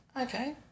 Okay